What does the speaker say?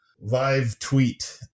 live-tweet